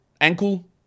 ankle